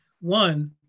one